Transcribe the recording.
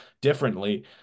differently